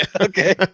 Okay